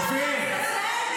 אופיר,